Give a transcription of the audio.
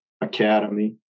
academy